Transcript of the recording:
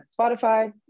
Spotify